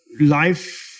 life